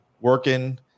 working